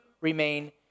remain